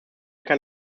kann